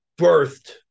birthed